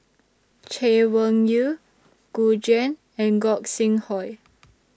Chay Weng Yew Gu Juan and Gog Sing Hooi